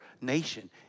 nation